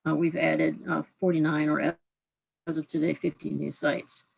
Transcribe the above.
ah we've added forty nine, or ah as of today, fifty new sites.